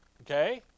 Okay